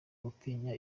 gutinya